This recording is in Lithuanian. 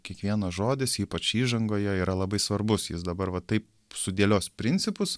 kiekvienas žodis ypač įžangoje yra labai svarbus jis dabar va taip sudėlios principus